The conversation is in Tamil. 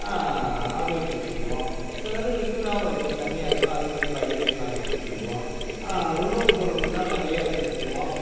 அப்படியே குடிச்சிக்குவோம் சிலது லிக்யூடாகவும் இருக்கும் தண்ணியாக இருக்கும் அதுமாரி பாக்கெட்டையும் நாங்கள் குடிச்சிக்குவோம் உணவுப் பொருள் தான் நிறைய எடுத்துட்டு போவோம்